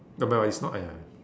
ya but it's not an